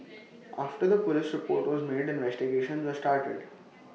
after the Police report was made investigations were started